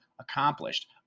accomplished